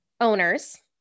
owners